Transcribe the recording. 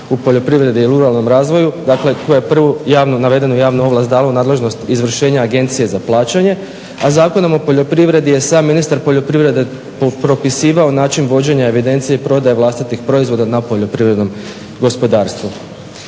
u poljoprivredi i ruralnom razvoju dakle koja je prvu navedenu javnu ovlast dalo nadležnost izvršenja Agencije za plaćanje, a Zakonom o poljoprivredi je sam ministar poljoprivrede propisivao način vođenja evidencije prodaje vlastitih proizvoda na poljoprivrednom gospodarstvu.